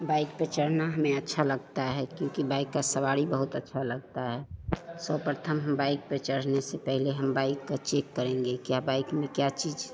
bike पर चढ़ना हमें अच्छा लगता है क्योंकि बाइक़ की सवारी बहुत अच्छी लगती है सर्वप्रथम हम बाइक़ पर चढ़ने से पहले हम बाइक़ को चेक करेंगे क्या बाइक़ में क्या चीज़